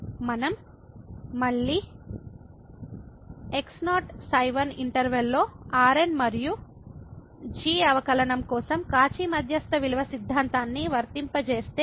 కాబట్టి మనం మళ్ళీ x0 ξ1 ఇంటర్వెల్ లో Rn మరియు g అవకలనం కోసం కాచి మధ్యస్థ విలువ సిద్ధాంతాన్ని వర్తింపజేస్తే